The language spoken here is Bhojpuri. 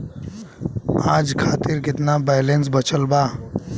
आज खातिर केतना बैलैंस बचल बा?